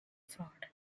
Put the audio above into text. fraud